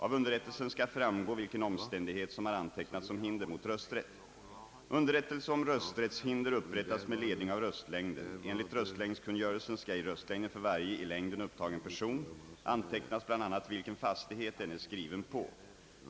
Av underrättelsen skall framgå vilken omständighet som har antecknats som hinder mot rösträtt. röstlängden för varje i längden upptagen person antecknas bl.a. vilken fastighet denne är skriven på.